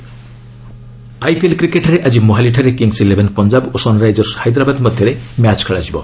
IPL cricket IPL କ୍ରିକେଟ୍ରେ ଆକି ମୋହାଲିଠାରେ କିଙ୍ଗସ୍ ଇଲେଭେନ୍ ପଞ୍ଜାବ ଓ ସନ୍ରାଇଜର୍ସ ହାଇଦ୍ରାବାଦ୍ ମଧ୍ୟରେ ମ୍ୟାଚ୍ ଖେଳାଯିବ